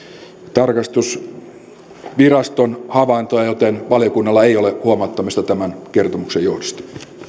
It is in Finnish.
tarkastusviraston havaintoja joten valiokunnalla ei ole huomauttamista tämän kertomuksen johdosta